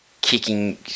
kicking